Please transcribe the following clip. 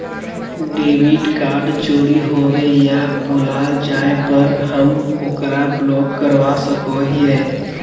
debit card चोरी होवे या भुला जाय पर हम ओकरा ब्लॉक करवा सको हियै